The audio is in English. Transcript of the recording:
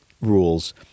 rules